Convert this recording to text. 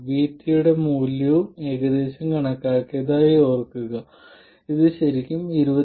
Vt യുടെ മൂല്യവും ഏകദേശം കണക്കാക്കിയതായി ഓർക്കുക ഇത് ശരിക്കും 25